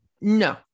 no